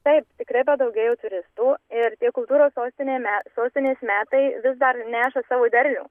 taip tikrai padaugėjo turistų ir tie kultūros sostinė me sostinės metai vis dar neša savo derlių